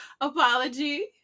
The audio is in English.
Apology